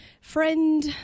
friend